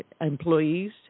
employees